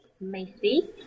Macy